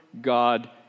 God